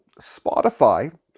Spotify